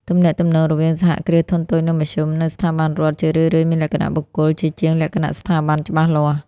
ទំនាក់ទំនងរវាង សហគ្រាសធុនតូច និងមធ្យម និងស្ថាប័នរដ្ឋជារឿយៗមានលក្ខណៈបុគ្គល ជាជាងលក្ខណៈស្ថាប័នច្បាស់លាស់។